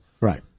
Right